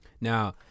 Now